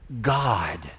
God